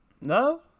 No